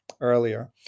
earlier